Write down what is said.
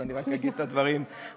אז אני רק אגיד את הדברים בפשטות.